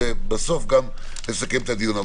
אנחנו נעקוב אחרי זה ובסוף גם נסכם את הדיון.